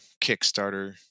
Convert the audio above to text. Kickstarter